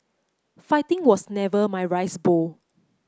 fighting was never my rice bowl